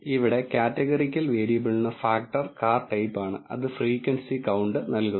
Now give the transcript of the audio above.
ഇവിടെ കാറ്റഗറിക്കൽ വേരിയബിളിന് factor car type ആണ് അത് ഫ്രീക്വൻസി കൌണ്ട് നൽകുന്നു